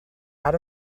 out